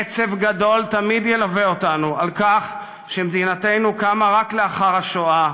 עצב גדול תמיד ילווה אותנו על כך שמדינתנו קמה רק לאחר השואה,